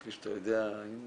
כמו שאתה יודע, עם